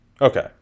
Okay